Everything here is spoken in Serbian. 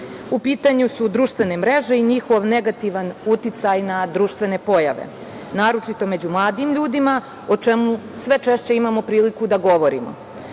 u pitanju su društvene mreže i njihov negativan uticaj na društvene pojave, naročito među mladim ljudima o čemu sve češće imamo priliku da govorimo. Opasnosti